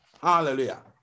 hallelujah